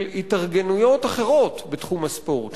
של התארגנויות אחרות בתחום הספורט,